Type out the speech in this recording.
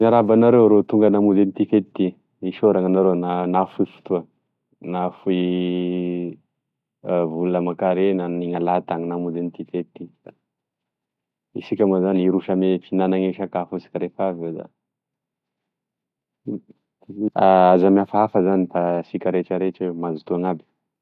Miarahaba anareo rô tonga namonzy an'ity fety ty isaorana anareo na- nafoy fotoa nafoy vola amankarena niala tany namonje an'ity fety ty, isika moa zany iroso ame fihinagne sakafo asika refaveo da aza mihafahafa zany fa asika rehetra rehetra io mazotoa gn'aby.